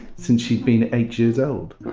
since she'd been eight years old.